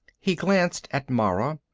he glanced at mara.